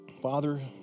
Father